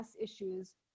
issues